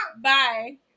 bye